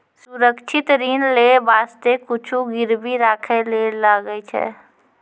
सुरक्षित ऋण लेय बासते कुछु गिरबी राखै ले लागै छै